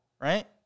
right